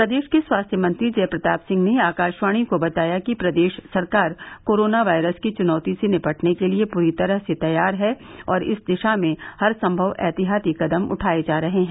प्रदेश के स्वास्थ्य मंत्री जय प्रताप सिंह ने आकाशवाणी को बताया कि प्रदेश सरकार कोरोना वायरस की चुनौती से निपटने के लिये पूरी तरह तैयार है और इस दिशा में हर सम्मव एहतियाती कदम उठाये जा रहे हैं